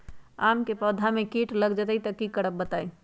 आम क पौधा म कीट लग जई त की करब बताई?